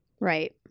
Right